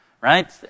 right